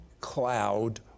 cloud